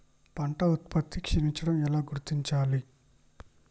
పంట ఉత్పత్తి క్షీణించడం ఎలా గుర్తించాలి?